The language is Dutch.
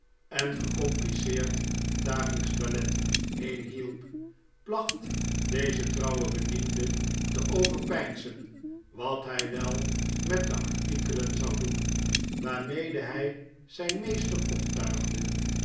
en gecompliceerd dagelijksch toilet heenhielp placht deze trouwe becliende te overpeinzen wat hij wel met de artikelen zou doen waarmede hij zijn meester optuigde